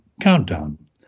Countdown